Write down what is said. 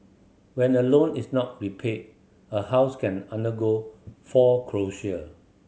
when a loan is not repaid a house can undergo foreclosure